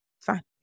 Fine